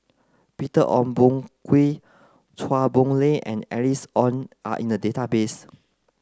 Peter Ong Boon Kwee Chua Boon Lay and Alice Ong are in the database